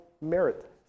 merit